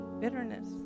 bitterness